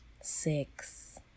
Six